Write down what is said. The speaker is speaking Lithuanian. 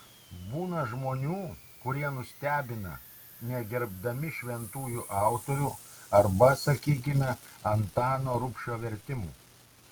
būna žmonių kurie nustebina negerbdami šventųjų autorių arba sakykime antano rubšio vertimų